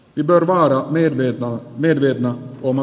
jordan nimi on edelleen oma